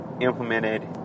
implemented